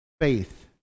faith